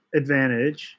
advantage